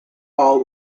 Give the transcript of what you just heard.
all